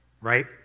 Right